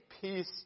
peace